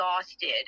exhausted